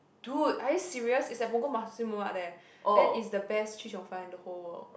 dude are you serious it's at Punggol Nasi-Lemak there that is the best chee-cheong-fun in the whole world